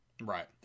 Right